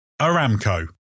Aramco